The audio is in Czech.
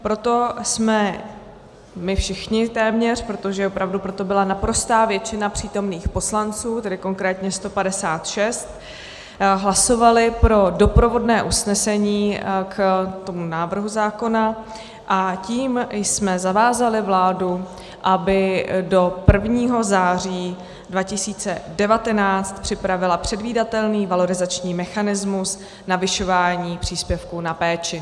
Proto jsme my všichni téměř, protože opravdu pro to byla naprostá většina přítomných poslanců, tedy konkrétně 156, hlasovali pro doprovodné usnesení k návrhu zákona, a tím jsme zavázali vládu, aby do 1. září 2019 připravila předvídatelný valorizační mechanismus navyšování příspěvku na péči.